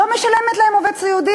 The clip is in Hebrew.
לא משלמת להם על עובד סיעודי.